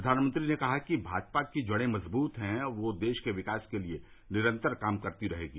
प्रधानमंत्री ने कहा कि भाजपा की जड़े मज़बूत हैं और वह देश के विकास के लिए निरन्तर काम करती रहेगी